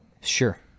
Sure